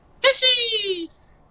FISHIES